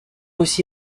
aussi